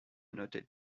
noted